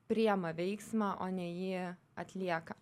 priima veiksmą o ne jį atlieka